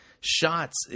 shots